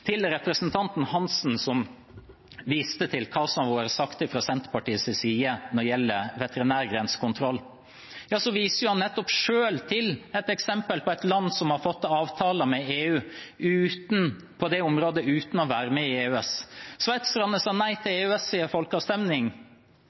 Til representanten Svein Roald Hansen, som viste til hva som har blitt sagt fra Senterpartiets side når det gjelder veterinær grensekontroll: Han viser selv nettopp til et eksempel på et land som har fått avtaler med EU på det området uten å være med i EØS. Sveitserne sa nei til